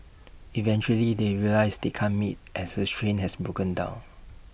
eventually they realise they can't meet as her train has broken down